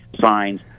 signs